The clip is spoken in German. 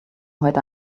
heute